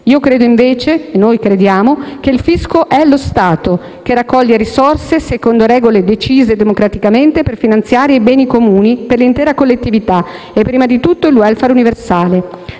Noi crediamo invece che il fisco sia lo Stato, che raccoglie risolse secondo regole decise democraticamente per finanziare i beni comuni per l'intera collettività e prima di tutto il *welfare* universale.